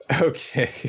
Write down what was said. Okay